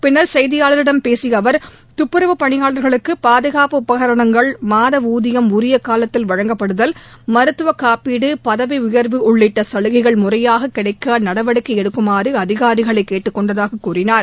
பின்னர் செய்தியாளர்களிடம் பேசிய அவர் துப்புரவுப் பணியாளர்களுக்கு பாதுகாப்பு உபகர்ணங்கள் மாத ஊதியம் உரிய காலத்தில் வழங்கப்படுதல் மருத்துவக் காப்பீடு பதவி உயர்வு உள்ளிட்ட சலுகைகள் முறையாக கிடைக்க நடவடிக்கை எடுக்குமாறு அதிகாரிகளை கேட்டுக் கொண்டதாக கூறினார்